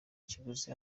kiguzi